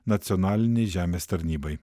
nacionalinei žemės tarnybai